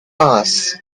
hours